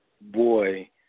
boy